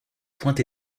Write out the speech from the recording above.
point